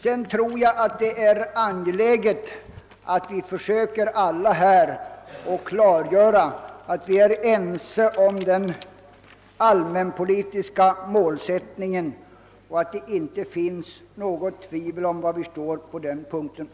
Jag tror det är angeläget att vi alla försöker klargöra att vi är ense om den allmänpolitiska målsättningen och att det inte kan finnas något tvivel om var vi står i det avseendet.